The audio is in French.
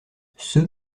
ceux